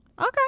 Okay